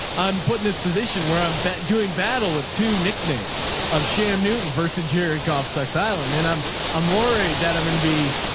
i'm putting this position where i'm but doing battle with two nicknames of sham newton versus jared goff, sex island. and i'm i'm worried that i'm going to be,